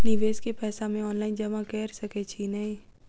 निवेश केँ पैसा मे ऑनलाइन जमा कैर सकै छी नै?